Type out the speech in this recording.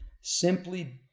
simply